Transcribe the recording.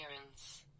appearance